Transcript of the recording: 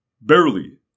Barely